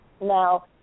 Now